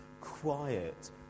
quiet